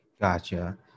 gotcha